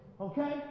Okay